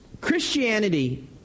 Christianity